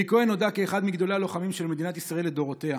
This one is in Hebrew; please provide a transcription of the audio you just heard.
אלי כהן נודע כאחד מגדולי הלוחמים של מדינת ישראל לדורותיה.